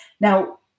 Now